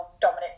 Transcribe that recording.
dominant